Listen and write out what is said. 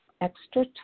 extra